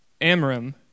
Amram